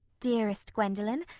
dearest gwendolen,